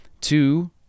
two